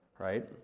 right